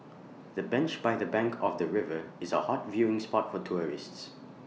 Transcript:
the bench by the bank of the river is A hot viewing spot for tourists